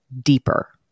deeper